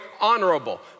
honorable